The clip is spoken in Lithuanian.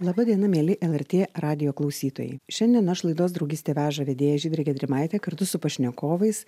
laba diena mieli lrt radijo klausytojai šiandien aš laidos draugystė veža vedėja žydrė gedrimaitė kartu su pašnekovais